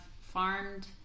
farmed